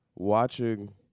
Watching